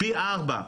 פי ארבעה.